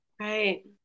right